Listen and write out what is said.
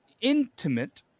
intimate